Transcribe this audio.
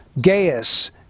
Gaius